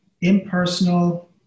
impersonal